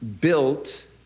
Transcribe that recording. built